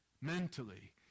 mentally